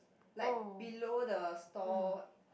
like below the store